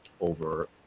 over